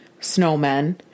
snowmen